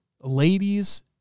ladies